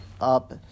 up